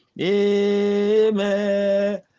Amen